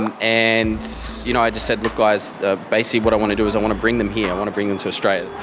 and and you know i just said, look guys, ah basically what i want to do is i want to bring them here, i want to bring them to australia.